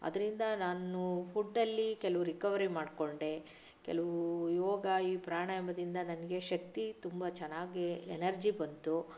ಅದರಿಂದ ನಾನು ಫ಼ುಡ್ಡಲ್ಲಿ ಕೆಲವು ರಿಕವರಿ ಮಾಡಿಕೊಂಡೆ ಕೆಲವು ಯೋಗ ಈ ಪ್ರಾಣಾಯಾಮದಿಂದ ನನಗೆ ಶಕ್ತಿ ತುಂಬ ಚೆನ್ನಾಗಿ ಎನರ್ಜಿ ಬಂತು